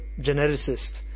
geneticist